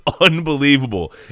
unbelievable